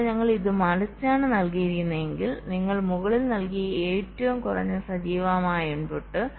എന്നാൽ ഞങ്ങൾ ഇത് മറിച്ചാണ് നൽകിയതെങ്കിൽ നിങ്ങൾ മുകളിൽ നൽകിയ ഏറ്റവും കുറഞ്ഞ സജീവമായ ഇൻപുട്ട്